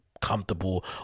comfortable